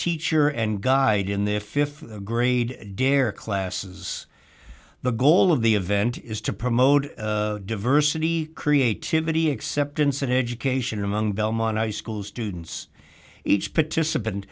teacher and guide in their th grade dare classes the goal of the event is to promote diversity creativity acceptance and education among belmont high school students each participant